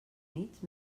nits